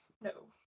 No